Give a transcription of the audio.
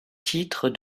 titre